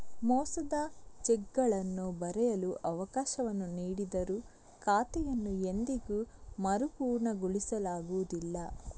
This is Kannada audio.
ಮೋಸದ ಚೆಕ್ಗಳನ್ನು ಬರೆಯಲು ಅವಕಾಶವನ್ನು ನೀಡಿದರೂ ಖಾತೆಯನ್ನು ಎಂದಿಗೂ ಮರುಪೂರಣಗೊಳಿಸಲಾಗುವುದಿಲ್ಲ